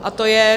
... a to je...